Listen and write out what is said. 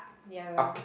nearer